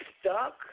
stuck